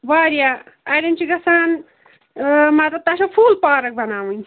وارِیاہ اَرٮ۪ن چھِ گَژھان ٲں مطلب تۄہہِ چھُو فُل پارک بَناوٕنۍ